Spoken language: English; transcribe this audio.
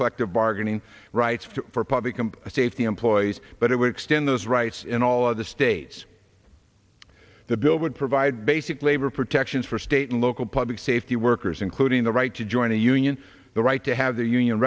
collective bargaining rights for public safety employees but it would extend those rights in all of the states the bill would provide basic labor protections for state and local public safety workers including the right to join a union the right to have the union